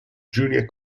junior